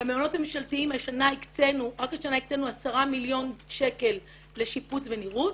במעונות ממשלתיים רק השנה הקצינו 10 מיליון שקל לשיפוץ ונראות.